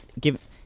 give